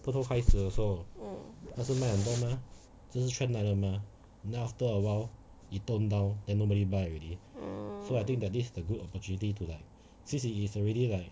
mm mm